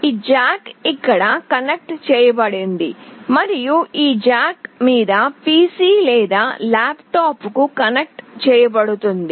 ఈ జాక్ ఇక్కడ కనెక్ట్ చేయబడింది మరియు ఈ జాక్ మీ PC లేదా ల్యాప్టాప్కు కనెక్ట్ చేయబడుతుంది